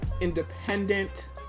independent